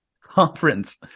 Conference